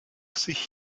sich